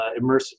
immersive